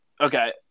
Okay